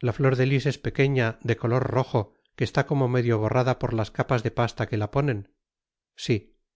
la ftor de lis es pequeña de color rojo que está como medio borrada por las capas de pasta que la ponen si